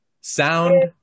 sound